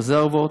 רזרבות,